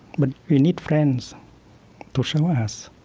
but we need friends to show us